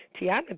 Tiana